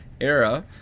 era